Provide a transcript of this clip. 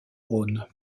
rhône